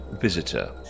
visitor